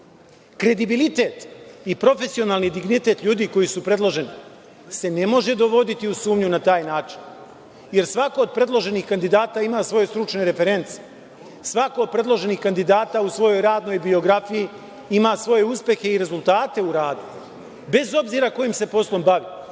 Kredibilitet i profesionalni dignitet ljudi koji su predloženi se ne može dovoditi u sumnju na taj način, jer svako od predloženih kandidata ima svoje stručne reference, svako od predloženih kandidata u svojoj radnoj biografiji ima svoje rezultate i uspehe u radu, bez obzira kojim se poslom bave,